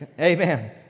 amen